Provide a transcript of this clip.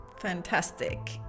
Fantastic